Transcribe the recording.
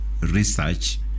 research